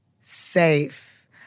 safe